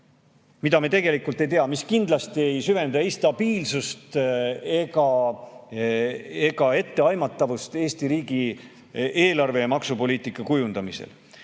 mida me tegelikult ei tea ja mis kindlasti ei süvenda ei stabiilsust ega etteaimatavust Eesti riigi eelarve ja maksupoliitika kujundamisel. Nii